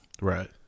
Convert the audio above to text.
Right